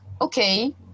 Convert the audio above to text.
okay